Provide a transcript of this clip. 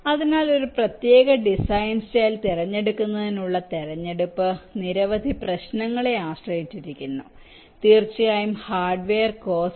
അതിനാൽ ഒരു പ്രത്യേക ഡിസൈൻ സ്റ്റൈൽ തിരഞ്ഞെടുക്കുന്നതിനുള്ള തിരഞ്ഞെടുപ്പ് നിരവധി പ്രശ്നങ്ങളെ ആശ്രയിച്ചിരിക്കുന്നു തീർച്ചയായും ഹാർഡ്വെയർ കോസ്ററ്